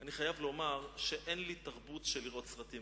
אני חייב לומר שאין לי תרבות של צפייה בסרטים.